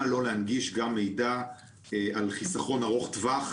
לא להנגיש גם מידע על חיסכון ארוך טווח?